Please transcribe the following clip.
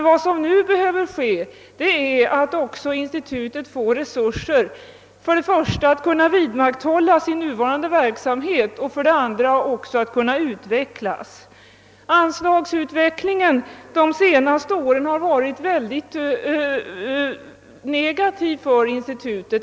Vad som nu be höver hända är att Afrikainstitutet också får resurser att för det första kunna vidmakthålla sin nuvarande verksamhet och för det andra kunna utvecklas. Anslagsutvecklingen de senaste åren har varit mycket negativ för institutet.